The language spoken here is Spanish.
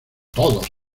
todos